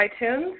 iTunes